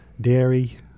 dairy